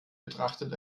betrachtet